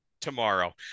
tomorrow